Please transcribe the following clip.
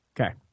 Okay